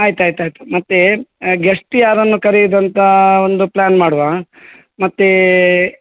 ಆಯ್ತು ಆಯ್ತು ಆಯ್ತು ಮತ್ತೆ ಗೆಸ್ಟ್ ಯಾರನ್ನು ಕರೆಯೋದು ಅಂತ ಒಂದು ಪ್ಲಾನ್ ಮಾಡುವ ಮತ್ತೇ